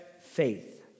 faith